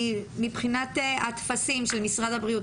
מבחינת הטפסים של משרד הבריאות,